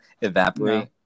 evaporate